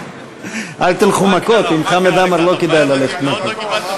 אל תלכו מכות, עם חמד עמאר לא כדי ללכת מכות.